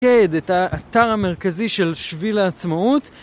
את האתר המרכזי של שביל העצמאות.